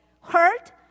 hurt